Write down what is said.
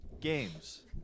Games